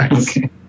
Okay